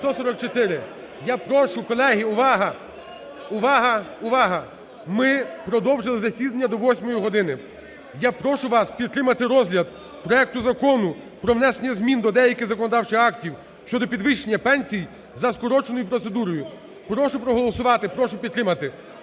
Я прошу колеги, – увага! увага! увага! – ми продовжили засідання до 8-ї години. Я прошу вас підтримати розгляд проекту Закону про внесення змін до деяких законодавчих актів щодо підвищення пенсій за скороченою процедурою. Прошу проголосувати, прошу підтримати.